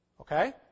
Okay